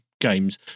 games